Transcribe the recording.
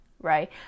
right